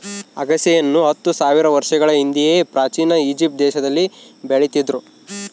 ಅಗಸೆಯನ್ನು ಹತ್ತು ಸಾವಿರ ವರ್ಷಗಳ ಹಿಂದೆಯೇ ಪ್ರಾಚೀನ ಈಜಿಪ್ಟ್ ದೇಶದಲ್ಲಿ ಬೆಳೀತಿದ್ರು